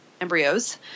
embryos